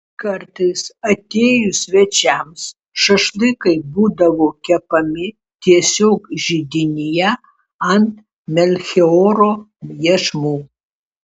kartais atėjus svečiams šašlykai būdavo kepami tiesiog židinyje ant melchioro iešmų